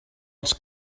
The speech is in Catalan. els